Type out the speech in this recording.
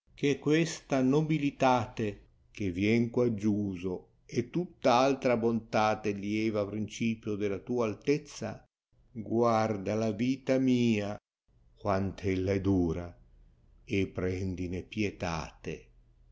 che questa nobilitate che vien quaggiuso e tutta altra bontate lieva principio della tua altesza guarda la vita mia quanto ejfhi è dora prendine pietate